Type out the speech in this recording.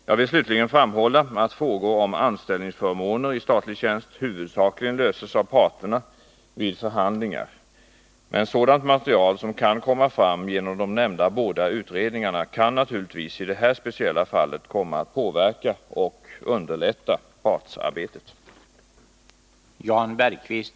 Jag vill slutligen framhålla att frågor om anställningsförmåner i statlig tjänst huvudsakligen löses av parterna vid förhandlingar. Men sådant material som kan komma fram genom de nämnda båda utredningarna kan naturligtvis i det här speciella fallet komma att påverka och underlätta partsarbetet.